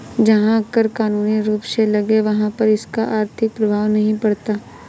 जहां कर कानूनी रूप से लगे वहाँ पर इसका आर्थिक प्रभाव नहीं पड़ता